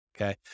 Okay